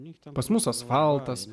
nyksta pas mus asfaltas